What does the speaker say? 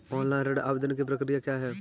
Online ऋण आवेदन की प्रक्रिया क्या है?